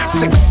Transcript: six